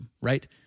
right